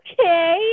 Okay